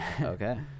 Okay